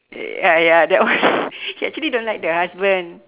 ya ya that one she actually don't like the husband